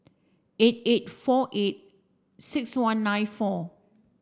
eight eight four eight six one nine four